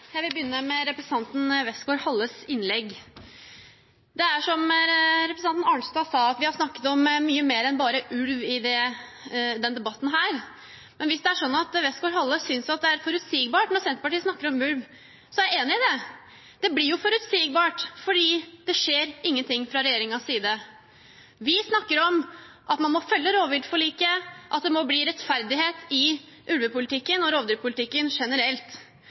Jeg vil begynne med representanten Westgaard-Halles innlegg. Som representanten Arnstad sa, har vi snakket om mye mer enn bare ulv i denne debatten, men hvis Westgaard-Halle synes det er forutsigbart når Senterpartiet snakker om ulv, er jeg enig i det. Det blir forutsigbart fordi det skjer ingenting fra regjeringens side. Vi snakker om at man må følge rovviltforliket, at det må bli rettferdighet i ulvepolitikken og i rovdyrpolitikken generelt.